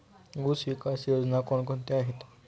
ऊसविकास योजना कोण कोणत्या आहेत?